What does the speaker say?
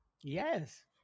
Yes